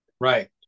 Right